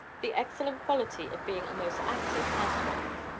the excellent quality of being a most active housewife.